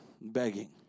begging